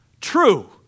true